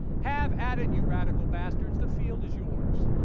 have at it you radical bastards. the field is yours.